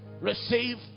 Receive